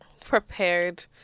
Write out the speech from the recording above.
prepared